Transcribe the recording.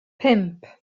pump